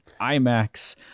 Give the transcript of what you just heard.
IMAX